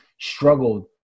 struggled